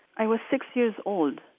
i was six years old,